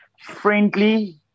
friendly